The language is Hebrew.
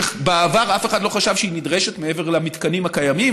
שבעבר אף אחד לא חשב שהיא נדרשת מעבר למתקנים הקיימים,